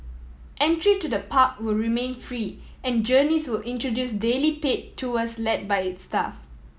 entry to the park will remain free and Journeys will introduce daily pay tours led by its staff